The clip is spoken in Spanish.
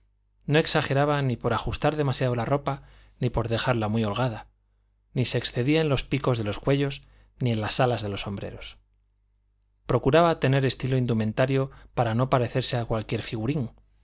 no exageraba ni por ajustar demasiado la ropa ni por dejarla muy holgada ni se excedía en los picos de los cuellos ni en las alas de los sombreros procuraba tener estilo indumentario para no parecerse a cualquier figurín